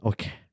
Okay